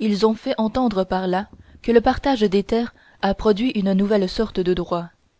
ils ont fait entendre par là que le partage des terres a produit une nouvelle sorte de droit